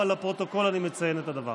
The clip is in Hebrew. אבל לפרוטוקול אני מציין את הדבר.